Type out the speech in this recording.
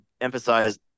emphasize